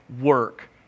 work